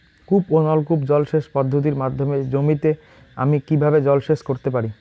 কূপ ও নলকূপ জলসেচ পদ্ধতির মাধ্যমে জমিতে আমি কীভাবে জলসেচ করতে পারি?